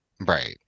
right